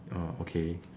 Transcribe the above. ah okay